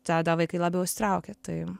tada vaikai labiau įsitraukia tai